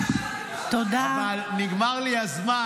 מפקד תחנה --- אבל נגמר לי הזמן.